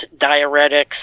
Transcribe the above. diuretics